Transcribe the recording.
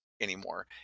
anymore